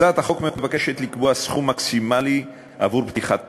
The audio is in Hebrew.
הצעת החוק מבקשת לקבוע סכום מקסימלי עבור פתיחת תיק,